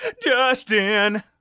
Dustin